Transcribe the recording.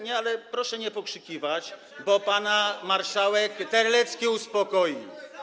Nie, ale proszę nie pokrzykiwać, bo pana marszałek Terlecki uspokoi.